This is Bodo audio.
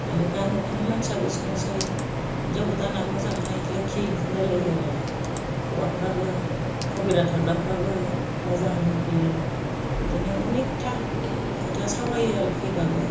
नखरनि मानसिआबो सोंसै हिनजाव गोदाना मोजांहाय लोखि होनलायो आरो हौवाफ्राबो खबेरा थांग्राफोराबो मोजां होनफैयो बिदिनो अनेकता खोथा सावरायो आरो फैबाबो